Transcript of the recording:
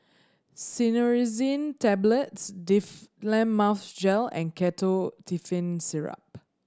Cinnarizine Tablets Difflam Mouth Gel and Ketotifen Syrup